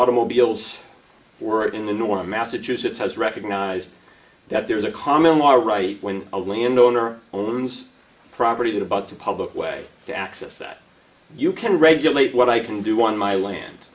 automobiles were in the norm massachusetts has recognized that there is a common law right when a landowner owns property that abuts a public way to access that you can regulate what i can do on my land